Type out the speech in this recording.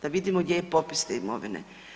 Da vidimo gdje je popis te imovine.